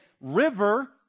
river